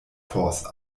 force